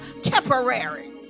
temporary